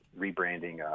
rebranding